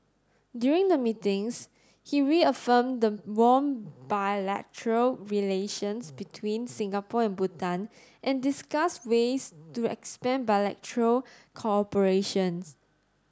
during the meetings he reaffirmed the warm bilateral relations between Singapore and Bhutan and discussed ways to expand bilateral cooperation